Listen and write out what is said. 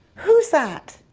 who's that?